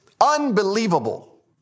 unbelievable